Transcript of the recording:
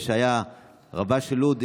שהיה רבה של לוד,